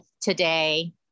today